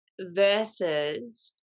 versus